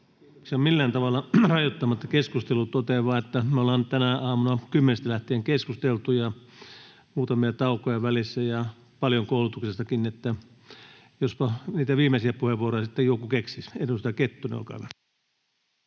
— Millään tavalla rajoittamatta keskustelua totean vain, että me ollaan tästä aamusta kymmenestä lähtien keskusteltu, muutamia taukoja välissä, ja paljon koulutuksestakin, eli jospa niitä viimeisiä puheenvuoroja sitten joku keksisi. — Edustaja Kettunen, olkaa hyvä.